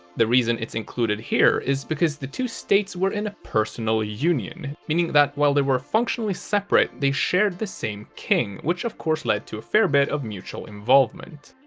the reason it's included here, is because the two states were in a personal ah union, meaning that while they were functionally separate, they shared the same king, which of course led to a fair bit of mutual involvement.